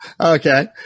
Okay